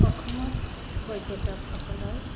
অসমত পৰ্যটকসকলৰ